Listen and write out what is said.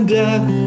death